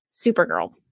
Supergirl